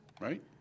Right